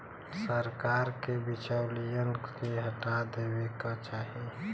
सरकार के बिचौलियन के हटा देवे क चाही